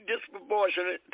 disproportionate